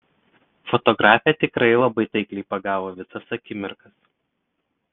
fotografė tikrai labai taikliai pagavo visas akimirkas